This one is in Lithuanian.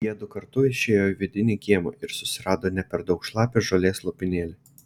jiedu kartu išėjo į vidinį kiemą ir susirado ne per daug šlapią žolės lopinėlį